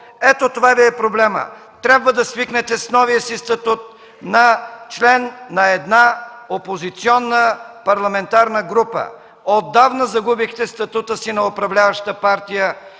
ето това Ви е проблемът! Трябва да свикнете с новия си статут на член на една опозиционна парламентарна група. Отдавна загубихте статута си на управляваща партия